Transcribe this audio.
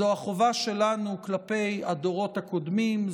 זו החובה שלנו כלפי הדורות הקודמים,